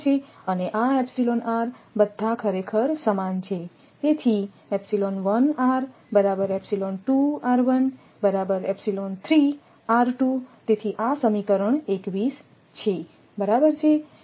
બરાબર છે અને આ r બધા ખરેખર સમાન છે તેથી તેથી આ સમીકરણ 21 છે બરાબર છે